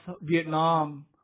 Vietnam